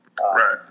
Right